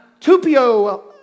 tupio